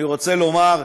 אני רוצה לומר,